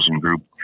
group